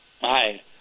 Hi